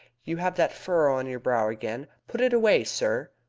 you have that furrow on your brow again. put it away, sir!